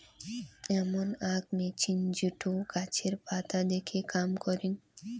এমন আক মেছিন যেটো গাছের পাতা দেখে কাম করং